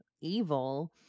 evil